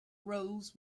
roles